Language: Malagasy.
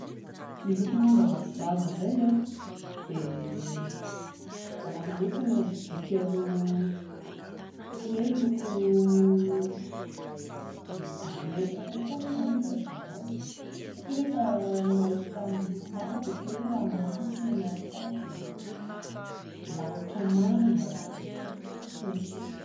Ny loko manga mazava indray a, ho anahy manokana midika ho ohatran'ny hoe loko mirehitra kokoa ve izany no hilazana azy, satria rehefa mahita loko manga aho dia ohatran'ny hoe ranomasina no ao an-tsaiko, lanitra manga sy ny sisa